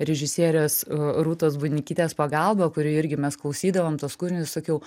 režisierės rūtos bunikytės pagalba kuri irgi mes klausydavom tuos kūrinius sakiau